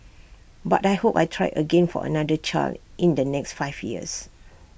but I hope I try again for another child in the next five years